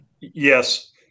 Yes